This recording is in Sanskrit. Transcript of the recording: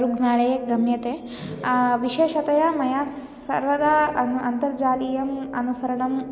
ऋग्णालये गम्यते विशेषतया मया सर्वदा अन् अन्तर्जालीयम् अनुसरणं